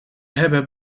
hebben